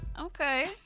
okay